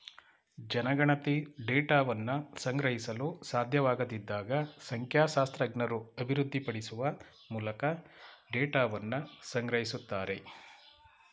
ಜನಗಣತಿ ಡೇಟಾವನ್ನ ಸಂಗ್ರಹಿಸಲು ಸಾಧ್ಯವಾಗದಿದ್ದಾಗ ಸಂಖ್ಯಾಶಾಸ್ತ್ರಜ್ಞರು ಅಭಿವೃದ್ಧಿಪಡಿಸುವ ಮೂಲಕ ಡೇಟಾವನ್ನ ಸಂಗ್ರಹಿಸುತ್ತಾರೆ